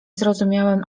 zrozumiałem